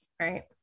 Right